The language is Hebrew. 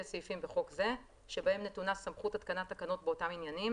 הסעיפים בחוק זה שבהם נתונה סמכות התקנת תקנות באותם עניינים,